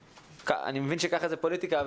אני מבין שככה זה פוליטיקה,